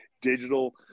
digital